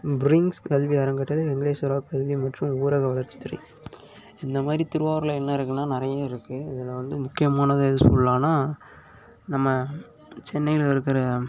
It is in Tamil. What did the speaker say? பிரிங்ஸ் கல்வி அறக்கட்டளை வெங்கடேஸ்வரா கல்வி மற்றும் ஊரக வளர்ச்சித்துறை இந்த மாதிரி திருவாரூரில் என்ன இருக்குனால் நிறைய இருக்குது இதில் வந்து முக்கியமானது எது சொல்லலான்னால் நம்ம சென்னையில் இருக்கிற